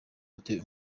watewe